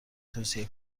توصیه